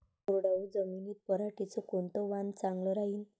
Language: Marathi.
कोरडवाहू जमीनीत पऱ्हाटीचं कोनतं वान चांगलं रायीन?